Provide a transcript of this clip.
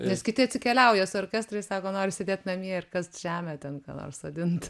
nes kiti atkeliauja su orkestrais sako noriu sėdėt namie ir kast žemę ten ką nors sodint